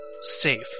safe